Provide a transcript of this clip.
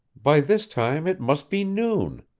by this time it must be noon.